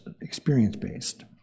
experience-based